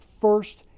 first